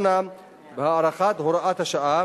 שנדונה הארכת הוראת השעה.